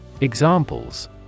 Examples